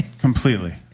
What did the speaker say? Completely